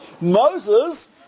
Moses